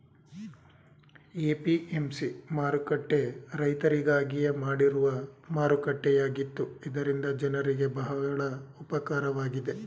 APMC ಮಾರುಕಟ್ಟೆ ರೈತರಿಗಾಗಿಯೇ ಮಾಡಿರುವ ಮಾರುಕಟ್ಟೆಯಾಗಿತ್ತು ಇದರಿಂದ ಜನರಿಗೆ ಬಹಳ ಉಪಕಾರವಾಗಿದೆ